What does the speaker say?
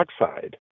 oxide